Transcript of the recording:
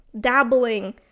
dabbling